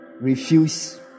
Refuse